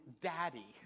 Daddy